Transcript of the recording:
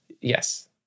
Yes